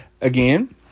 again